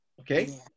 Okay